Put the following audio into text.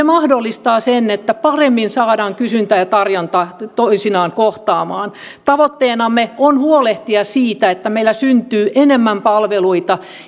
mahdollistaa sen että paremmin saadaan kysyntä ja tarjonta toisiaan kohtaamaan tavoitteenamme on huolehtia siitä että meillä syntyy enemmän palveluita